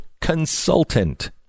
consultant